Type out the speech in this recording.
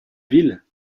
ville